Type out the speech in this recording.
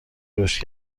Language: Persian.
رشد